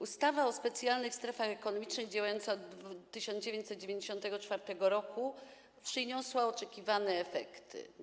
Ustawa o specjalnych strefach ekonomicznych działająca od 1994 r. przyniosła oczekiwane efekty.